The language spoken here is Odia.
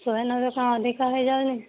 ଶହେ ନବେ କ'ଣ ଅଧିକା ହୋଇଯାଉନି